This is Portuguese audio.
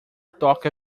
toca